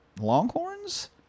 Longhorns